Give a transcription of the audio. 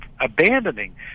Abandoning